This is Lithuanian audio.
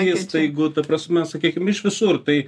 įstaigų ta prasme sakykim iš visur tai